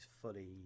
fully